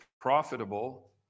profitable